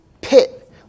pit